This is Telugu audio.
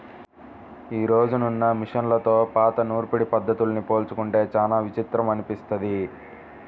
యీ రోజునున్న మిషన్లతో పాత నూర్పిడి పద్ధతుల్ని పోల్చుకుంటే చానా విచిత్రం అనిపిస్తది